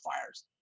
fires